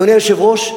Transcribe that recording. אדוני היושב-ראש,